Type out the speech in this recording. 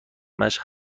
مشق